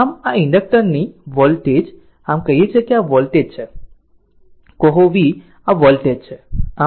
આમ આ ઇન્ડક્ટર ની આ વોલ્ટેજ આપણે કહીએ છીએ કે આ વોલ્ટેજ છે કહો v આ વોલ્ટેજ v છે